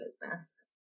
business